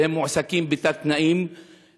והם מועסקים בתת-תנאים,